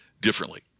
differently